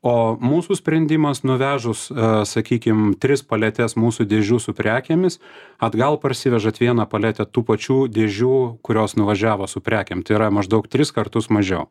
o mūsų sprendimas nuvežus sakykim tris paletes mūsų dėžių su prekėmis atgal parsivežat vieną paletę tų pačių dėžių kurios nuvažiavo su prekėm tai yra maždaug tris kartus mažiau